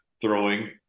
throwing